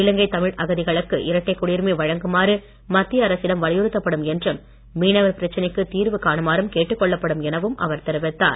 இலங்கை தமிழ் அகதிகளுக்கு இரட்டைக் குடியுரிமை வழங்குமாறு மத்திய அரசிடம் வலியுறுத்தப்படும் என்றும் மீனவர் பிரச்சனைக்கு தீர்வு காணுமாறும் கேட்டுக்கொள்ளப்படும் எனவும் அவர் தெரிவித்தார்